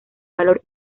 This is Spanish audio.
valor